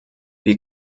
wir